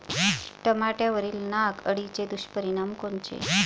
टमाट्यावरील नाग अळीचे दुष्परिणाम कोनचे?